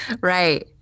Right